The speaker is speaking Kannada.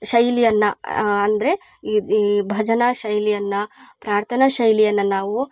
ಶೈಲಿಯನ್ನು ಅಂದರೆ ಈ ಈ ಭಜನ ಶೈಲಿಯನ್ನು ಪ್ರಾರ್ಥನ ಶೈಲಿಯನ್ನ ನಾವು